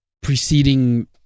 preceding